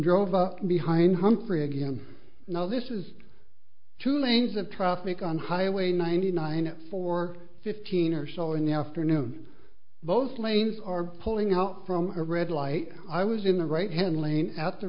drove up behind humphrey again no this is two lanes of traffic on highway ninety nine for fifteen or so in the afternoon both lanes are pulling out from a red light i was in the right hand lane out the